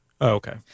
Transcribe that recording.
okay